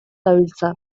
dabiltza